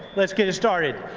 let's get it started.